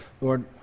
Lord